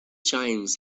chimes